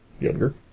younger